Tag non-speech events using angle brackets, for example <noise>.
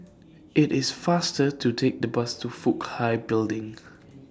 IT IS faster to Take The Bus to Fook Hai Building <noise>